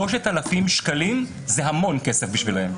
3,000 שקלים זה המון כסף בשבילם.